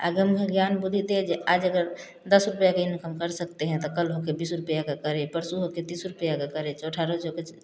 आगे मुझे ज्ञान बुद्धि दे जो आज अगर दस रुपया के इनकम कर सकते हैं तो कल होके बीस रुपया का करें परसों होके तीस रुपया का करे चौठा रोज